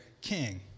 king